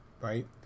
right